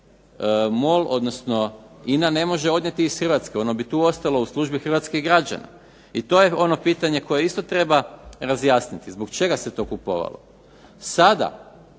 MOL, odnosno INA ne može odnijeti iz Hrvatske, ono bi tu ostalo u službi hrvatskih građana. I to je ono pitanje koje isto treba razjasniti. Zbog čega se to kupovalo? Sada